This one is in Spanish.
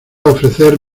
ofrecer